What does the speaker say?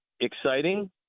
exciting